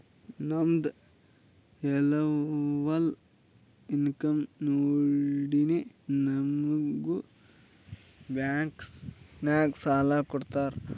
ನಮ್ದು ಎನ್ನವಲ್ ಇನ್ಕಮ್ ನೋಡಿನೇ ನಮುಗ್ ಬ್ಯಾಂಕ್ ನಾಗ್ ಸಾಲ ಕೊಡ್ತಾರ